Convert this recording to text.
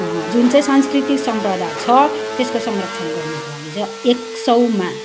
जुन चाहिँ सांस्कृतिक सम्पदा छ त्यसको संरक्षण गर्नुको लागि चाहिँ एक सौमा